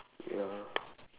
ya